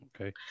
Okay